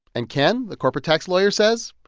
and ken, the corporate tax lawyer, says,